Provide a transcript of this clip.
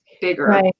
bigger